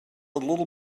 little